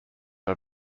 are